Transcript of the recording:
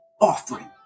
offering